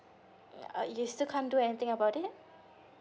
ya uh you still can't do anything about it